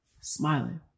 smiling